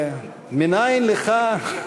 מנין לך?